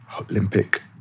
olympic